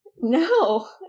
No